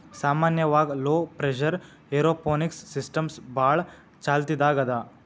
ಸಾಮಾನ್ಯವಾಗ್ low pressure aeroponics system ಭಾಳ್ ಚಾಲ್ತಿದಾಗ್ ಅದಾ